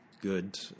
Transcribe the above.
good